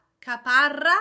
Caparra